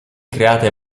create